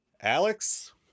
Alex